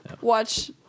Watch